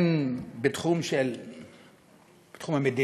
הן בתחום המדיני,